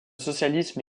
socialisme